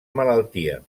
malaltia